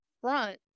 front